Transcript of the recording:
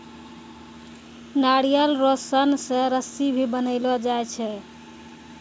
नारियल रो सन से रस्सी भी बनैलो जाय छै